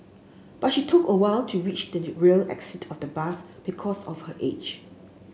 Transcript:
but she took a while to reach the rear exit of the bus because of her age